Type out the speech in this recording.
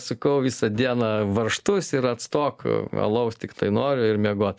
sukau visą dieną varžtus ir atstok alaus tiktai noriu ir miegot